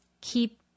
keep